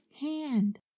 hand